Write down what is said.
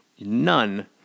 None